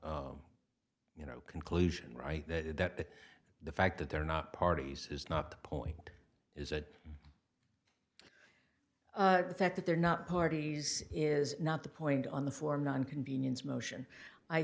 iranian you know conclusion right that the fact that they're not parties is not the point is that the fact that they're not parties is not the point on the form on convenience motion i